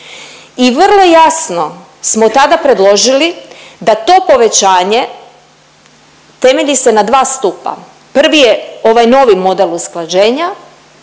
I vrlo jasno smo tada predložili da to povećanje temelji se na dva stupa. Prvi je ovaj novi model usklađenja,